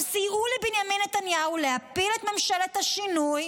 הם סייעו לבנימין נתניהו להפיל את ממשלת השינוי